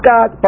God